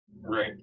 Right